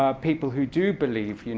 ah people who do believe, you know